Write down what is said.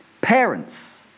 Parents